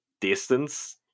Distance